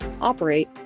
operate